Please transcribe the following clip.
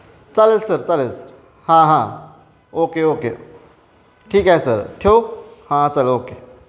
चालेल सर चालेल सर हां हां ओके ओके ठीक आहे सर ठेवू हां चालेल ओके